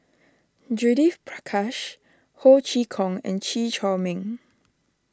Judith Prakash Ho Chee Kong and Chew Chor Meng